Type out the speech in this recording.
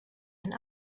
and